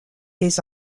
des